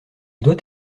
doit